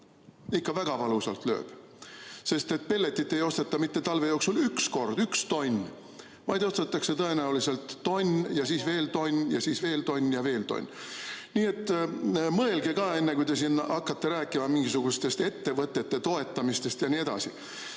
Ikka väga valusalt lööb, sest pelletit ei osteta talve jooksul mitte üks kord üks tonn, vaid ostetakse tõenäoliselt tonn ja siis veel tonn ja siis veel tonn ja veel tonn. Nii et mõelge enne, kui te hakkate siin rääkima mingisugusest ettevõtete toetamisest ja nii edasi!